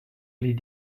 les